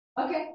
Okay